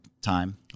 time